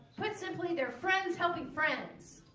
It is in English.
put simply their friends helping friends